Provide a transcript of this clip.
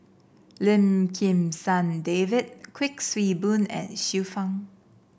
Lim Kim San David Kuik Swee Boon and Xiu Fang